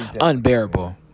unbearable